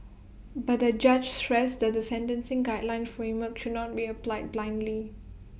but the judge stressed that the sentencing guideline framework should not be applied blindly